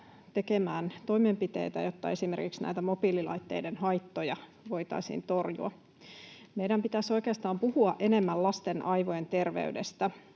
tekemään toimenpiteitä, jotta esimerkiksi näitä mobiililaitteiden haittoja voitaisiin torjua. Meidän pitäisi oikeastaan puhua enemmän lasten aivojen terveydestä.